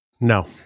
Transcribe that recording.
No